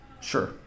Sure